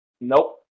Nope